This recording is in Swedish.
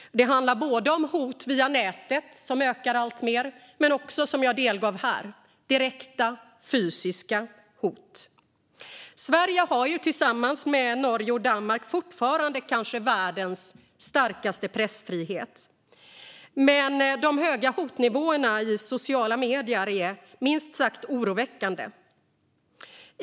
Det handlar både om hot via nätet, vilket ökar alltmer, och - som jag delgav er här - om direkta, fysiska hot. Sverige har tillsammans med Norge och Danmark fortfarande världens kanske starkaste pressfrihet, men de höga hotnivåerna i sociala medier är minst sagt oroväckande.